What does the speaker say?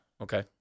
Okay